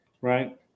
right